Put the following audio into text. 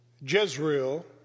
Jezreel